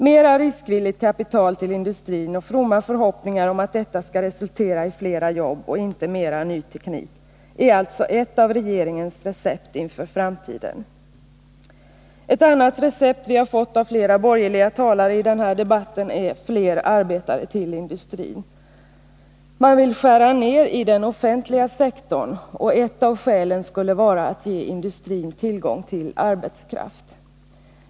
Mera riskvilligt kapital till industrin och fromma förhoppningar om att detta skall resultera i flera jobb och inte mera ny teknik är alltså ett av regeringens recept inför framtiden. Ett annat recept vi fått av olika borgerliga talare i den här debatten är fler arbetare till industrin. Man vill skära ned i den offentliga sektorn, och ett av skälen skulle vara att ge industrin tillgång till arbetskraft.